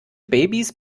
babys